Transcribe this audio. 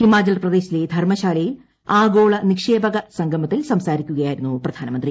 ഹിമാചൽ പ്രദേശിലെ ധർമ്മശാലയിൽ ആഗോള നിക്ഷേപക സംഗമത്തിൽ സംസാരിക്കുകയായിരുന്നു പ്രധാനമന്ത്രി